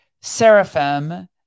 seraphim